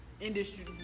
industry